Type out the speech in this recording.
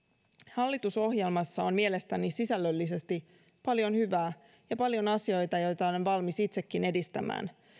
hallitusohjelmassa on mielestäni sisällöllisesti paljon hyvää ja paljon asioita joita olen valmis itsekin edistämään